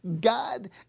God